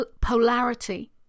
polarity